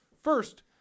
first